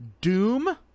Doom